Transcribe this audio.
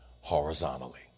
horizontally